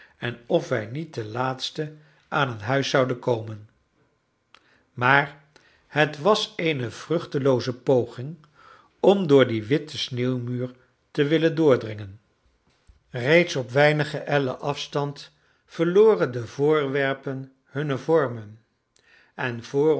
en of wij niet ten laatste aan een huis zouden komen maar het was eene vruchtelooze poging om door dien witten sneeuwmuur te willen doordringen reeds op weinige ellen afstand verloren de voorwerpen hunne vormen en vr